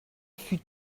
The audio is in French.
fut